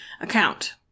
account